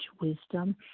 wisdom